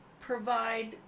provide